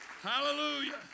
Hallelujah